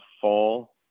fall